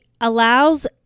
allows